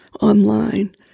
online